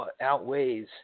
outweighs